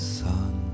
sun